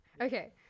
Okay